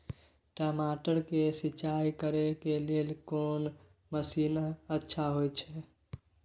टमाटर के सिंचाई करे के लेल कोन मसीन अच्छा होय है